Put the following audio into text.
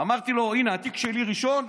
אמרתי לו: הינה התיק שלי ראשון,